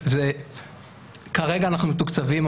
כרגע אנחנו מתוקצבים,